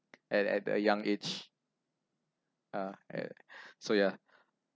at at a young age uh eh so ya